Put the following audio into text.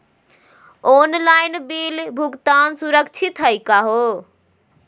Online bill भुगतान सुरक्षित हई का हो?